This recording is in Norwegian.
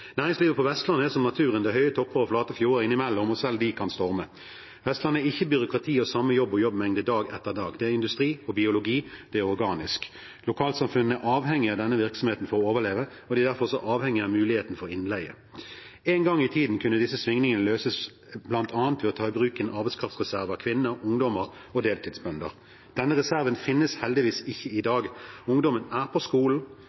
Næringslivet på Vestlandet er som naturen: Det er høye topper og flate fjorder innimellom, og selv de kan storme. Vestlandet er ikke byråkrati og samme jobb og jobbmengde dag etter dag. Det er industri og biologi, det er organisk. Lokalsamfunnene er avhengig av denne virksomheten for å overleve, og de er derfor også avhengig av muligheten for innleie. En gang i tiden kunne disse svingningene løses, bl.a. ved å ta i bruk en arbeidskraftreserve av kvinner, ungdommer og deltidsbønder. Denne reserven finnes heldigvis ikke i dag. Ungdommen er på skolen,